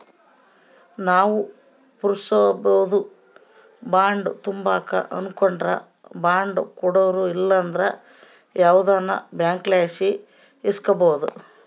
ನಾವು ಪುರಸಬೇದು ಬಾಂಡ್ ತಾಂಬಕು ಅನಕಂಡ್ರ ಬಾಂಡ್ ಕೊಡೋರು ಇಲ್ಲಂದ್ರ ಯಾವ್ದನ ಬ್ಯಾಂಕ್ಲಾಸಿ ಇಸ್ಕಬೋದು